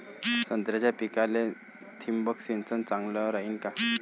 संत्र्याच्या पिकाले थिंबक सिंचन चांगलं रायीन का?